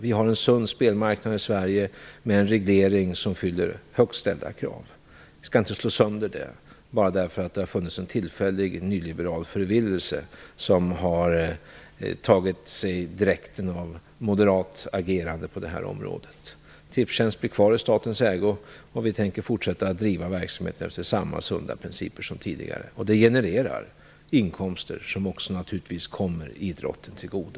Vi har en sund spelmarknad i Sverige med en reglering som fyller högt ställda krav. Vi skall inte slå sönder det bara därför att det har funnits en tillfällig nyliberal förvillelse som tagit sig dräkten av moderat agerande på detta område. Tipstjänst blir kvar i staten ägo, och vi tänker fortsätta att driva verksamheten efter samma sunda principer som tidigare. Det genererar inkomster som självfallet också kommer idrotten till godo.